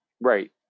Right